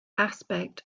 aspect